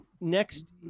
Next